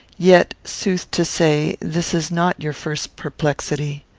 yet, sooth to say, this is not your first perplexity.